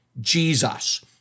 Jesus